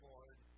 Lord